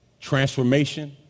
Transformation